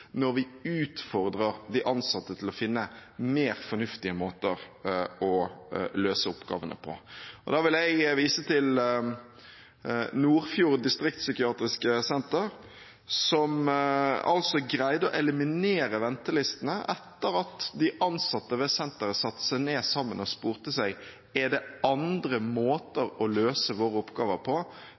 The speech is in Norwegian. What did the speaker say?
når vi utfordrer de ansatte til å finne mer fornuftige måter å løse oppgavene på. Og da vil jeg vise til Nordfjord distriktspsykiatriske senter, som greide å eliminere ventelistene etter at de ansatte ved senteret satte seg ned sammen og spurte seg: Er det andre måter å løse våre oppgaver på